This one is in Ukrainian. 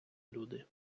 люди